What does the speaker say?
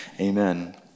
amen